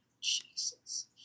Jesus